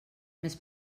més